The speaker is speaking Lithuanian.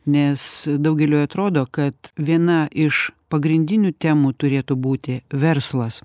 nes daugeliui atrodo kad viena iš pagrindinių temų turėtų būti verslas